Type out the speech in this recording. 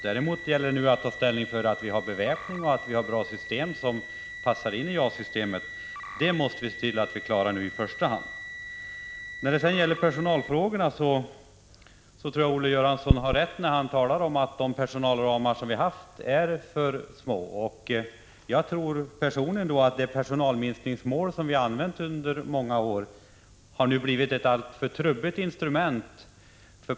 Nu gäller det att i första hand se till att vi har beväpning och bra system som passar till JAS-systemet. Olle Göransson hade nog rätt när han sade att de personalramar som vi har haft är för små. Jag tror personligen att det personalminskningsmål som vi har använt under många år nu har blivit ett alltför trubbigt instrument.